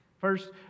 First